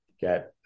get